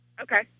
Okay